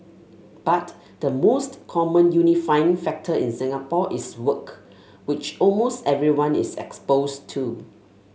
but the most common unifying factor in Singapore is work which almost everyone is exposed to